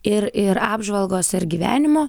ir ir apžvalgos ir gyvenimo